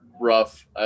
rough